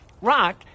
rock